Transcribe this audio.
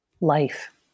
life